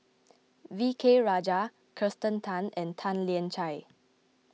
V K Rajah Kirsten Tan and Tan Lian Chye